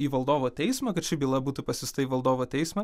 į valdovo teismą kad ši byla būtų pasiųsta į valdovo teismą